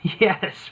Yes